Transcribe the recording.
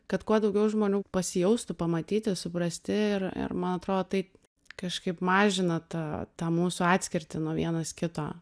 kad kuo daugiau žmonių pasijaustų pamatyti suprasti ir ir man atrodo tai kažkaip mažina tą tą mūsų atskirtį nuo vienas kito